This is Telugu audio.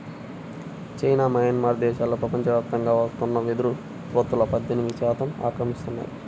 చైనా, మయన్మార్ దేశాలు ప్రపంచవ్యాప్తంగా వస్తున్న వెదురు ఉత్పత్తులో పద్దెనిమిది శాతం ఆక్రమిస్తున్నాయి